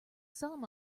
sum